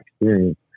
experience